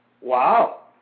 Wow